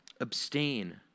Abstain